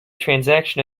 transaction